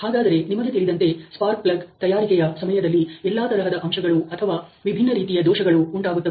ಹಾಗಾದರೆ ನಿಮಗೆ ತಿಳಿದಂತೆ ಸ್ಪಾರ್ಕ್ ಪ್ಲಗ್ಯ ತಯಾರಿಕೆಯ ಸಮಯದಲ್ಲಿ ಎಲ್ಲಾ ತರಹದ ಅಂಶಗಳು ಅಥವಾ ವಿಭಿನ್ನ ರೀತಿಯ ದೋಷಗಳು ಉಂಟಾಗುತ್ತವೆ